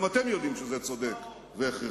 גם אתם יודעים שזה צודק והכרחי.